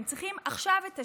הם צריכים עכשיו את השינוי.